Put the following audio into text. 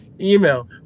email